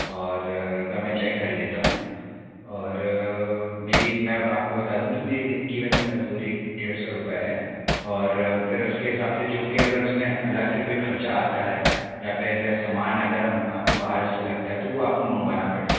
और एक बार में चेक कर लेता हूँ और मेरी मैं आपको बता दूँ कि मेरे दिन की वैसे मज़दूरी डेढ़ सौ रुपये है और फिर उसके हिसाब से जो भी अगर उसमें अलग से कोई ख़र्च आता है या फिर समान अगर हम आपको बाहर से लगता है तो वो आपको मंगवाना पड़ेगा